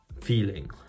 feeling